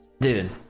Dude